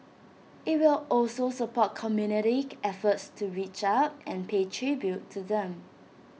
IT will also support community efforts to reach out and pay tribute to them